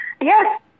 yes